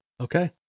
Okay